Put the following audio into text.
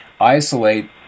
isolate